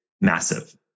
massive